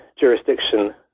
jurisdiction